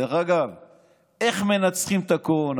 איך מנצחים את הקורונה.